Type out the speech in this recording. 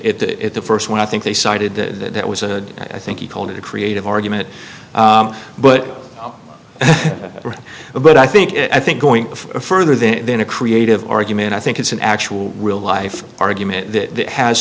it the first one i think they cited that it was a i think he called it a creative argument but but i think it i think going further there than a creative argument i think it's an actual real life argument that has